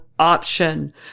Option